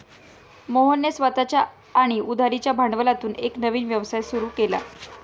मोहनने स्वतःच्या आणि उधारीच्या भांडवलातून एक नवीन व्यवसाय सुरू केला